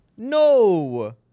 No